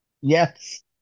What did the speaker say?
Yes